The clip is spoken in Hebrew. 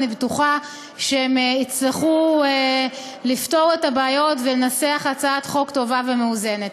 אני בטוחה שהם יצליחו לפתור את הבעיות ולנסח הצעת חוק טובה ומאוזנת.